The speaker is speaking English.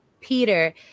Peter